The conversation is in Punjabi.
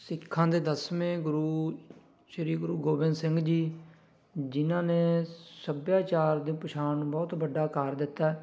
ਸਿੱਖਾਂ ਦੇ ਦਸਵੇਂ ਗੁਰੂ ਸ਼੍ਰੀ ਗੁਰੂ ਗੋਬਿੰਦ ਸਿੰਘ ਜੀ ਜਿਨ੍ਹਾਂ ਨੇ ਸੱਭਿਆਚਾਰ ਦੇ ਪਛਾਣ ਨੂੰ ਬਹੁਤ ਵੱਡਾ ਆਕਾਰ ਦਿੱਤਾ